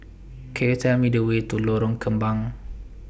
Could YOU Tell Me The Way to Lorong Kembang